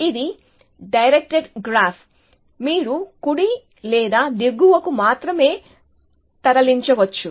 ఇది direct graph మీరు కుడి లేదా దిగువకు మాత్రమే తరలించవచ్చు